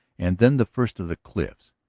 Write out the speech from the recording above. and then the first of the cliffs.